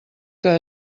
que